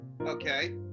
Okay